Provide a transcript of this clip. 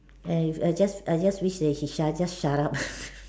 eh I just I just wish that he shu~ just shut up